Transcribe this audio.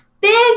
Big